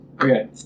Okay